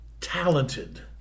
talented